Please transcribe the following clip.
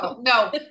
No